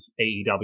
AEW